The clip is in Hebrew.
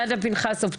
דנה פנחסוב,